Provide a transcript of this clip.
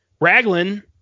Raglan